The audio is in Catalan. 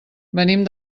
venim